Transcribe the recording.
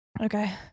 okay